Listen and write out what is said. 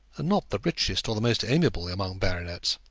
and not the richest or the most amiable among baronets